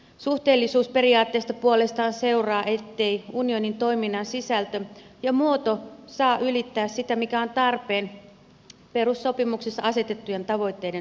suhteellisuusperiaatteesta puolestaan seuraa ettei unionin toiminnan sisältö ja muoto saa ylittää sitä mikä on tarpeen perussopimuksessa asetettujen tavoitteiden saavuttamiseksi